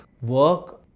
work